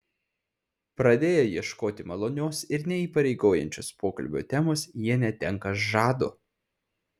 pradėję ieškoti malonios ir neįpareigojančios pokalbio temos jie netenka žado